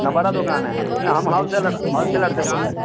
न बड़ा दुकान है हम हॉलसेलर हॉलसेलर से बोल रहें